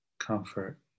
comfort